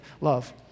love